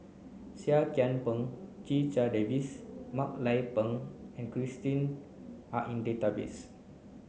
Seah Kian Peng Checha Davies Mak Lai Peng and Christine are in the database